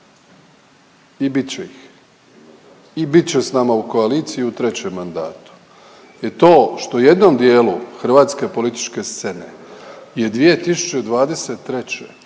i bit će ih i bit će s nama u koaliciji i u trećem mandatu jer to što jednom dijelu hrvatske političke scene je 2023.